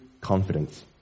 confidence